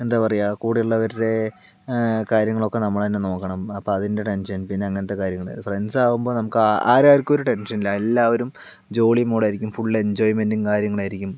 എന്താ പറയുക കൂടെയുള്ളവരുടെ കാര്യങ്ങളൊക്കെ നമ്മള് തന്നെ നോക്കണം അപ്പോൾ അതിൻ്റെ ടെൻഷൻ പിന്നങ്ങനത്തെ കാര്യങ്ങൾ ഫ്രണ്ട്സാകുമ്പോൾ നമുക്ക് ആരും ആർക്കും ടെൻഷനില്ല എല്ലാവരും ജോളി മൂഡായിരിക്കും ഫുള്ള് എഞ്ചോയ്മെന്റും കാര്യങ്ങളായിരിക്കും ആയിരിക്കും